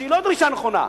שהיא לא דרישה נכונה,